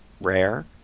rare